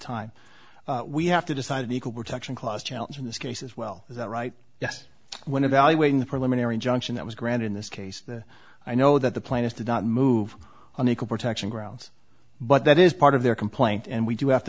time we have to decide an equal protection clause challenge in this case as well is that right yes when evaluating the preliminary injunction that was granted in this case i know that the plaintiff did not move on equal protection grounds but that is part of their complaint and we do have to